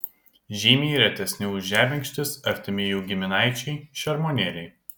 žymiai retesni už žebenkštis artimi jų giminaičiai šermuonėliai